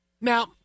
Now